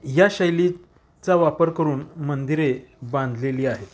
या शैलीचा वापर करून मंदिरे बांधलेली आहेत